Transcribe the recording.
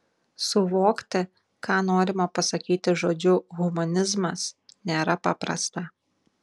suvokti ką norima pasakyti žodžiu humanizmas nėra paprasta